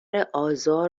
آزار